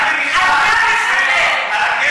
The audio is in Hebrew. אתה מחבל, אתה מחבל.